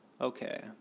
Okay